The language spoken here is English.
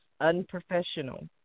unprofessional